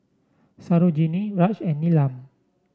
Sarojini Raj and Neelam